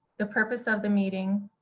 the purpose of the meeting,